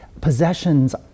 possessions